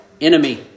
enemy